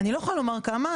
אני לא יכולה לומר כמה,